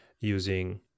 using